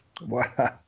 Wow